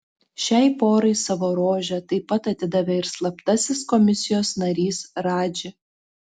šiai porai savo rožę taip pat atidavė ir slaptasis komisijos narys radži